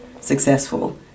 successful